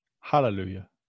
Hallelujah